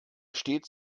stets